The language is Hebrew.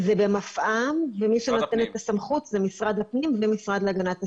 זה במפעם ומי שנותן את הסמכות זה משרד הפנים והמשרד להגנת הסביבה.